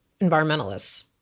environmentalists